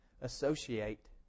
associate